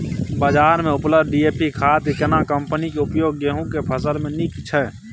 बाजार में उपलब्ध डी.ए.पी खाद के केना कम्पनी के उपयोग गेहूं के फसल में नीक छैय?